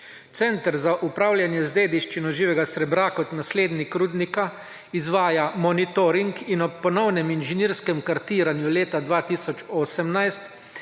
Center za upravljanje z dediščino živega srebra kot naslednik rudnika izvaja monitoring in ob ponovnem inženirskem kartiranju leta 2018